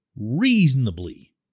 reasonably